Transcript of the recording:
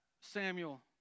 Samuel